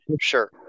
sure